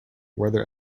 whether